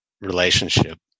relationship